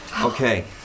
Okay